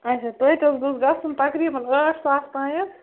اَچھا توتہِ حظ گوٚژھ گَژھُن تقریٖبن ٲٹھ ساس تانٮ۪تھ